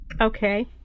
Okay